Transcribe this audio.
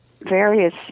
various